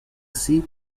así